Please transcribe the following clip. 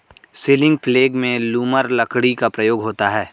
ceiling प्लेग में लूमर लकड़ी का प्रयोग होता है